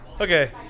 Okay